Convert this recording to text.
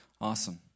Awesome